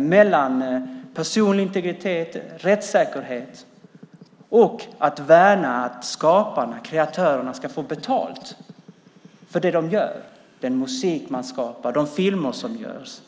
mellan personlig integritet, rättssäkerhet, och att värna att de skapande kreatörerna ska få betalt för det de gör, den musik som skapas, de filmer som görs.